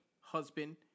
husband